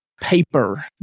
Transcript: paper